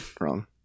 Wrong